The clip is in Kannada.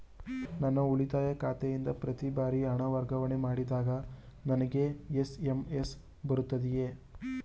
ನನ್ನ ಉಳಿತಾಯ ಖಾತೆಯಿಂದ ಪ್ರತಿ ಬಾರಿ ಹಣ ವರ್ಗಾವಣೆ ಮಾಡಿದಾಗ ನನಗೆ ಎಸ್.ಎಂ.ಎಸ್ ಬರುತ್ತದೆಯೇ?